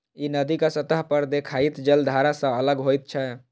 ई नदीक सतह पर देखाइत जलधारा सं अलग होइत छै